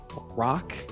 rock